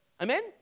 Amen